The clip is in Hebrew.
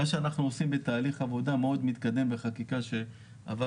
מה שאנחנו עושים בתהליך עבודה מאוד מתקדם בחקיקה שעבר